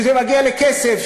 כשזה מגיע לכסף,